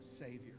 Savior